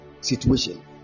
situation